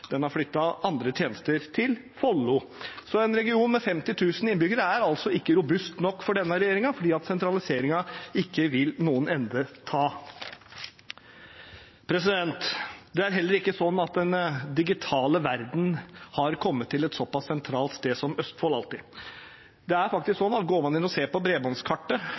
den har flyttet passkontoret, og den har flyttet andre tjenester til Follo. Så en region med 50 000 innbyggere er altså ikke robust nok for denne regjeringen, for sentraliseringen vil ingen ende ta. Det er heller ikke alltid slik at den digitale verden har kommet til et såpass sentralt sted som Østfold. Går man inn og ser på bredbåndskartet,